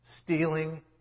stealing